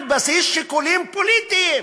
על בסיס שיקולים פוליטיים